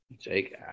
Jake